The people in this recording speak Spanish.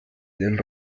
del